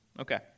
Okay